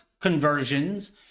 conversions